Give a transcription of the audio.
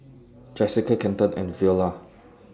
Jessica Kenton and Veola